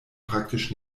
praktisch